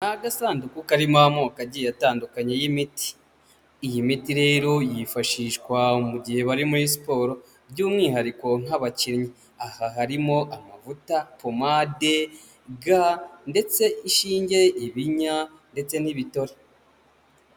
Ni agasanduku karimo amoko agiye atandukanye y'imiti, iyi miti rero yifashishwa mu gihe bari muri siporo by'umwihariko nk'abakinnyi, aha harimo amavuta, pomade ga ndetse ishinge, ibinya ndetse n'ibitore.